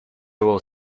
will